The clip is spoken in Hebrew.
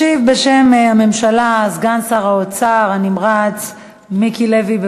ישיב בשם הממשלה סגן שר האוצר הנמרץ מיקי לוי.